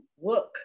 work